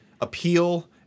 appeal